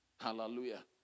Hallelujah